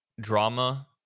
drama